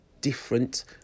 different